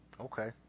Okay